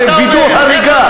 שווידאו הריגה.